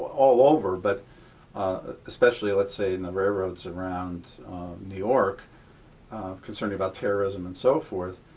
all over, but ah especially, let's say, on the railroads around new york concerning about terrorism, and so forth.